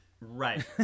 Right